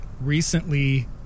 Recently